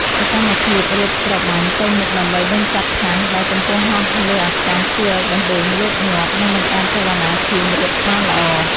សកម្មភាពរត់ត្របាញ់ទៅមុខដើម្បីដេញចាប់ថាសដែលកំពុងហោះលើអាកាសជួយឱ្យបេះដូងលោតញាប់ និងបង្កើនចលនាឈាមរត់បានល្អ។